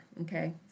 Okay